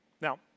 Now